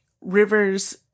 Rivers